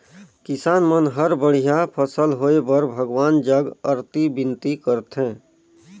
किसान मन हर बड़िया फसल होए बर भगवान जग अरती बिनती करथे